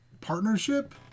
partnership